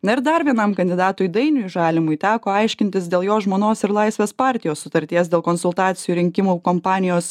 na ir dar vienam kandidatui dainiui žalimui teko aiškintis dėl jo žmonos ir laisvės partijos sutarties dėl konsultacijų rinkimų kompanijos